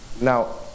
Now